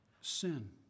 sin